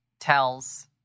tells